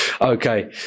Okay